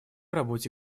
работе